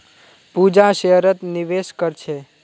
पूजा शेयरत निवेश कर छे